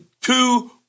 two